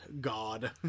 God